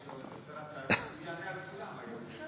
הוא יענה על כולם היום.